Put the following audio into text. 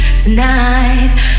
Tonight